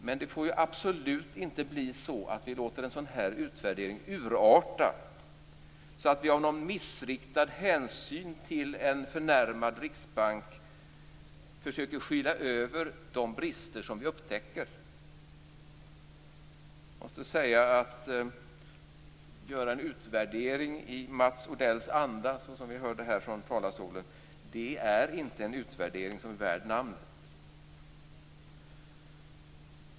Men det får ju absolut inte bli så att vi låter en sådan här utvärdering urarta, så att vi av någon missriktad hänsyn till en förnärmad Riksbank försöker skyla över de brister som vi upptäcker. Jag måste säga att en utvärdering i Mats Odells anda, såsom vi hörde här från talarstolen, är inte en utvärdering som är värd namnet.